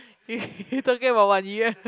you talking about Wan-Yu right